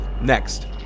Next